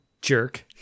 jerk